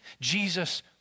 Jesus